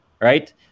right